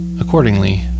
Accordingly